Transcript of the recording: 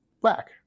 black